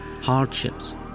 hardships